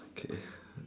okay